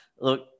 look